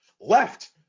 left